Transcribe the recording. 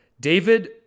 David